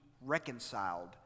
reconciled